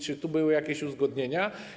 Czy tu były jakieś uzgodnienia?